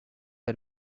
are